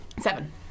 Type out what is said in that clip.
Seven